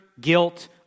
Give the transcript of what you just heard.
guilt